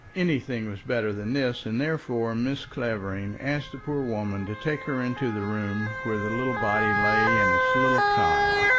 anything was better than this, and therefore mrs. clavering asked the poor woman to take her into the room where the little body lay in its little cot.